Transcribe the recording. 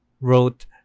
wrote